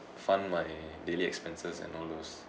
fund my daily expenses and all those